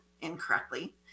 incorrectly